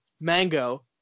Mango